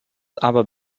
aber